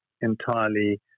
entirely